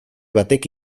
batek